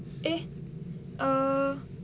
eh err